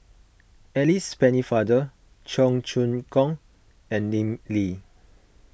Alice Pennefather Cheong Choong Kong and Lim Lee